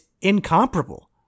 incomparable